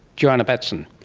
joanna batstone,